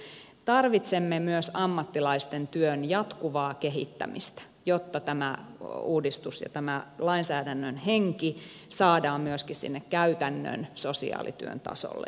mutta siis tarvitsemme myös ammattilaisten työn jatkuvaa kehittämistä jotta tämä uudistus ja tämä lainsäädännön henki saadaan myöskin sinne käytännön sosiaalityön tasolle